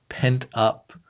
pent-up